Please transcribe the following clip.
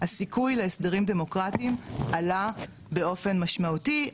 הסיכוי להסדרים דמוקרטיים עלה באופן משמעותי.